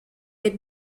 les